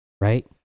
right